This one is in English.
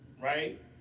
right